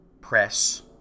press